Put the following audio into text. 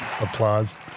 applause